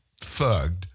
thugged